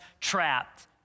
trapped